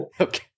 Okay